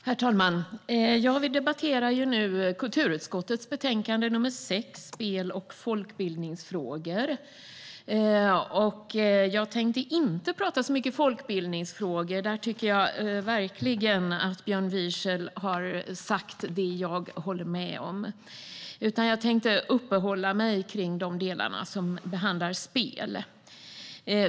Herr talman! Vi debatterar nu kulturutskottets betänkande nr 6 Spel och folkbildningsfrågor . Jag tänkte inte tala så mycket om folkbildningsfrågor. Där tycker jag verkligen att Björn Wiechel har sagt det som jag håller med om. Jag tänker uppehålla mig vid de delar som behandlar spel.